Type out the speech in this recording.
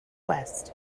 west